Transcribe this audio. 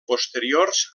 posteriors